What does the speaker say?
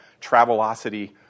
Travelocity